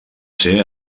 ser